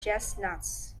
chestnuts